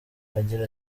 agira